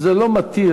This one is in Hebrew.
זה לא מתיר